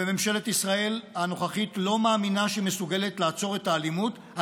וממשלת ישראל הנוכחית לא מאמינה שהיא מסוגלת לעצור את האלימות,